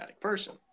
person